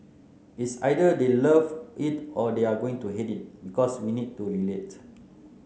it's either they'll love it or they are going to hate it because we need to relate